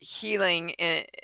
healing